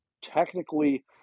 technically